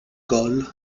gol